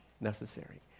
necessary